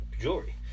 jewelry